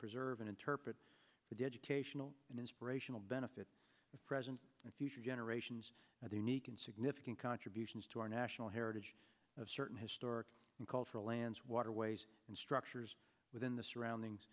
preserve and interpret the dedication and inspirational benefit the present and future generations at the unique and significant contributions to our national heritage of certain historical and cultural lands waterways and structures within the surroundings